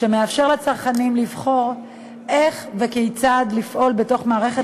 שמאפשר לצרכנים לבחור איך וכיצד לפעול בתוך מערכת